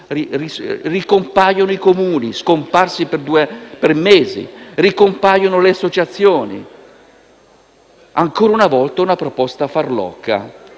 ricompaiono i Comuni, scomparsi per mesi, ricompaiono le associazioni. Ancora una volta si tratta di una proposta farlocca,